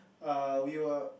err we will